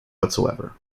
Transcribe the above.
whatsoever